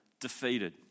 defeated